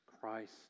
Christ